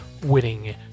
winning